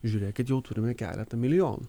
žiūrėkit jau turime keletą milijonų